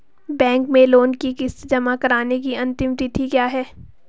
Bank में loan की किश्त जमा कराने की अंतिम तिथि क्या है?